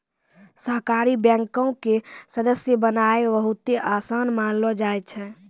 सहकारी बैंको के सदस्य बननाय बहुते असान मानलो जाय छै